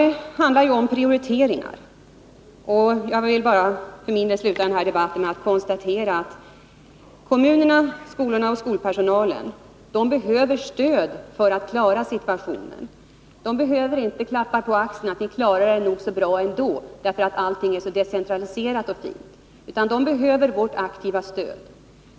Det handlar om prioriteringar, och jag vill för min del sluta den här debatten med att konstatera att kommunerna, skolorna och skolpersonalen behöver stöd för att klara situationen. De behöver inte klappar på axeln och uppmuntrande ord, som att ni klarar er nog bra, för allt är så decentraliserat och fint. Vad de behöver är vårt aktiva stöd.